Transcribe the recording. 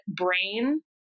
brain